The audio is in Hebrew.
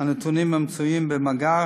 הנתונים שבמאגר,